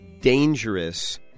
dangerous